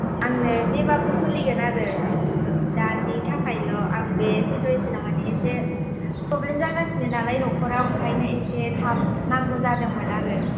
आंनो जेबाबो सलिगोन आरो जिखुनु दानि थाखायल' आं बे सिटुवेसनाव माने एसे प्रब्लेम जागासिनो नालाय न'खराव ओंखायनो एसे थाब नांगौ जादोंमोन आरो